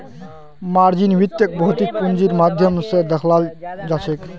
margin वित्तक भौतिक पूंजीर माध्यम स दखाल जाछेक